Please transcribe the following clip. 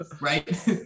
right